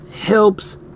helps